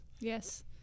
Yes